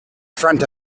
front